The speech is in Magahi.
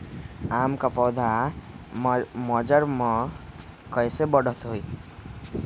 आम क पौधा म मजर म कैसे बढ़त होई?